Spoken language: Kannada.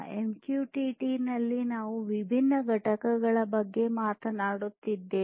ಎಂಕ್ಯೂಟಿಟಿ ನಲ್ಲಿ ನಾವು ವಿಭಿನ್ನ ಘಟಕಗಳ ಬಗ್ಗೆ ಮಾತನಾಡುತ್ತಿದ್ದೇವೆ